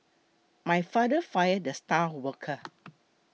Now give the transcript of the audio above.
my father fired the star worker